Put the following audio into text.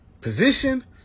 position